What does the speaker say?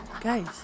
Guys